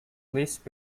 pleased